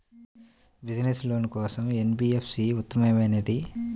Business loan కోసం ఏ NBFC ఉత్తమమైనది?